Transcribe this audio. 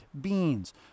beans